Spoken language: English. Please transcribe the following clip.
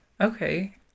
Okay